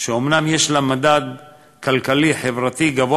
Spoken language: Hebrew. אז הוא יותר לא ישלח פקחים למי שאנסו אותו להפר חוק,